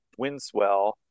windswell